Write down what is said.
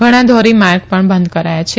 ઘણા ધોરીમાર્ગ પણ બંધ કરાયા છે